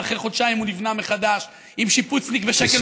ואחרי חודשיים הוא נבנה מחדש עם שיפוצניק בשקל וחצי משכם,